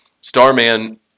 Starman